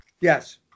Yes